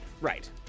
Right